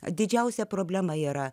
didžiausia problema yra